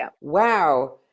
wow